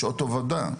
עבודה,